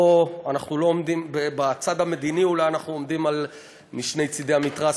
פה אנחנו לא עומדים בצד המדיני אולי אנחנו עומדים משני צדי המתרס.